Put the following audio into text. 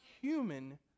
human